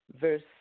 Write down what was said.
verse